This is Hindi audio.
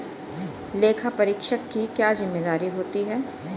लेखापरीक्षक की क्या जिम्मेदारी होती है?